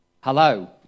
hello